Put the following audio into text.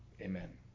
Amen